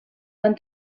van